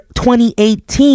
2018